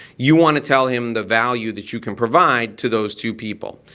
you want to tell him the value that you can provide to those two people.